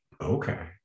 Okay